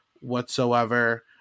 whatsoever